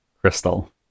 crystal